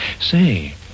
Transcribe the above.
Say